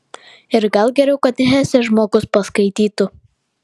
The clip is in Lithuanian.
ir gal geriau kad hesę žmogus paskaitytų